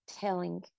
telling